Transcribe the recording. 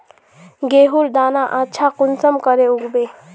गेहूँर दाना अच्छा कुंसम के उगबे?